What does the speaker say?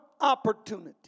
opportunity